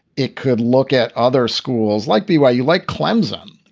it could look at other schools, like byu, like clemson,